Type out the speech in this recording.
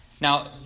Now